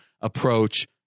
approach